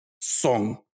song